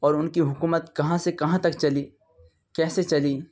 اور ان کی حکومت کہاں سے کہاں تک چلی کیسے چلی